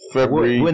February